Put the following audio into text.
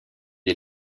les